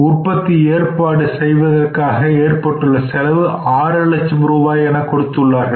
உற்பத்தி ஏற்பாடு செய்வதற்காக ஏற்பட்டுள்ள செலவு 6 லட்சம் ரூபாய் என கொடுத்து உள்ளார்கள்